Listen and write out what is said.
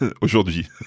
Aujourd'hui